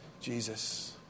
Jesus